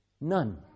none